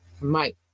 Mike